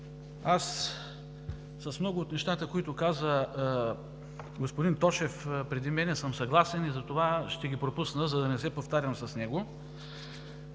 С много от нещата, които каза господин Тошев преди мен, съм съгласен и затова ще ги пропусна, за да не се повтарям с него.